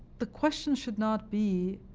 the question should not be,